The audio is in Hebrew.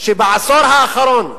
בעשור האחרון,